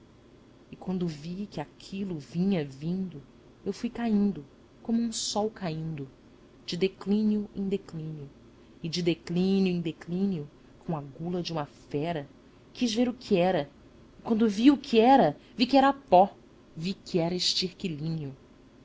e quando vi que aquilo vinha vindo eu fui caindo como um sol caindo de declínio em declínio e de declínio em declínio como a gula de uma fera quis ver o que era e quando vi o que era vi que era pó vi que era